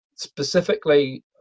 Specifically